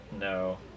No